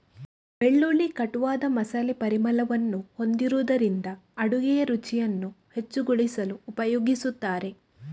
ಬೆಳ್ಳುಳ್ಳಿ ಕಟುವಾದ ಮಸಾಲೆ ಪರಿಮಳವನ್ನು ಹೊಂದಿರುವುದರಿಂದ ಅಡುಗೆಯ ರುಚಿಯನ್ನು ಹೆಚ್ಚುಗೊಳಿಸಲು ಉಪಯೋಗಿಸುತ್ತಾರೆ